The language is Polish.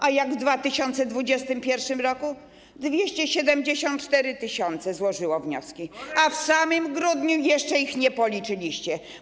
A jak w 2021 r.? 274 tys. złożyło wnioski, a w samym grudniu jeszcze ich nie policzyliście.